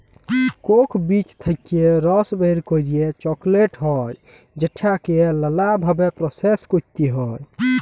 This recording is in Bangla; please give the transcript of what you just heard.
কোক বীজ থেক্যে রস বের করে চকলেট হ্যয় যেটাকে লালা ভাবে প্রসেস ক্যরতে হ্য়য়